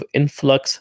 influx